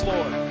Lord